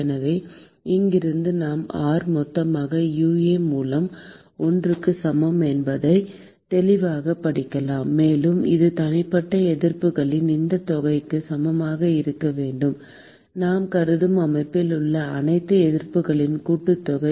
எனவே இங்கிருந்து நாம் R மொத்தமாக UA மூலம் 1க்கு சமம் என்பதை தெளிவாகப் படிக்கலாம் மேலும் இது தனிப்பட்ட எதிர்ப்புகளின் இந்தத் தொகைக்கு சமமாக இருக்க வேண்டும் நாம் கருதும் அமைப்பில் உள்ள அனைத்து எதிர்ப்புகளின் கூட்டுத்தொகை